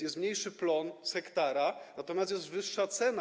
Jest mniejszy plon z hektara, natomiast jest wyższa cena.